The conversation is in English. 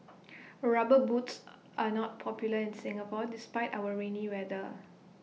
rubber boots are not popular in Singapore despite our rainy weather